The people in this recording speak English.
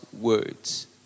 words